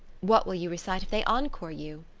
what will you recite if they encore you?